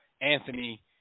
Anthony